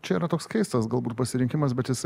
čia yra toks keistas galbūt pasirinkimas bet jisai